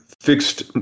fixed